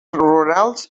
rurals